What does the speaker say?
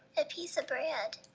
a piece of bread.